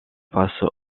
face